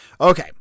Okay